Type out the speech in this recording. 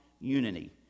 unity